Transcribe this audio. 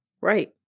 Right